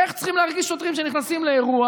איך צריכים להרגיש שוטרים שנכנסים לאירוע